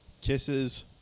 Kisses